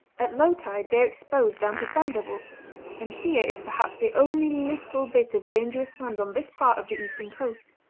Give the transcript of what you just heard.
at low tide they are exposed down to sand level and here is perhaps the only little bit of dangerous sand on this part of the eastern coast.